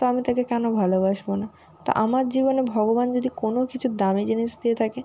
তো আমি তাকে কেন ভালোবাসবো না তা আমার জীবনে ভগবান যদি কোনও কিছু দামি জিনিস দিয়ে থাকে